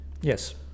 Yes